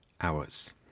hours